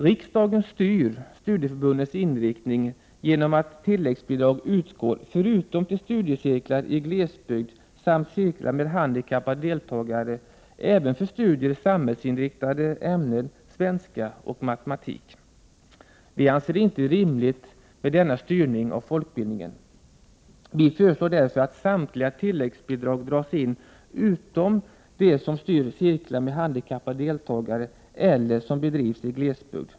Riksdagen styr studieförbundens inriktning genom att tilläggsbidrag utgår inte bara till studiecirklar i glesbygd samt cirklar med handikappade deltagare utan även till studier i samhällsinriktade ämnen, svenska och matematik. Vi anser inte att denna styrning av folkbildningen är rimlig. Vi föreslår därför att samtliga tilläggsbidrag dras in utom de som gäller cirklar med handikappade deltagare och de som bedrivs i glesbygd.